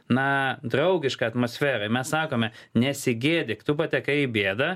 na draugišką atmosferą mes sakome nesigėdyk tu patekai į bėdą